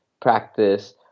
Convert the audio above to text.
practice